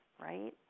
right